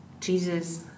Jesus